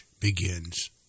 Begins